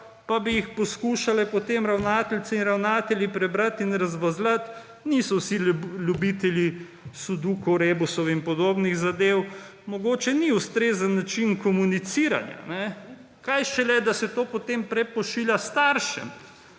pa bi jih poskušali potem ravnateljice in ravnatelji potem prebrati in razbrati, niso vsi ljubitelji sodukov, rebusov in podobnih zadev. Mogoče ni ustrezen način komuniciranja, kaj šele, da se to potem prepošilja staršem.